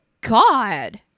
God